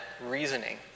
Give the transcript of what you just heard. reasoning